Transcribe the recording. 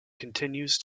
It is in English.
continues